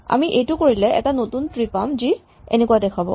আমি এইটো কৰিলে এটা নতুন ট্ৰী পাম যি এনেকুৱা দেখাব